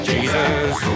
Jesus